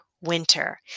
winter